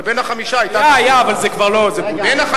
אבל בין החמישה היתה גם זוטא.